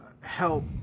help